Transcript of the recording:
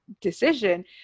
decision